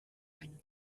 eine